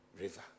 river